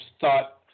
thought